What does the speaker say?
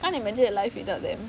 can't imagine a life without them